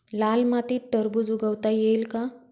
लाल मातीत टरबूज उगवता येईल का?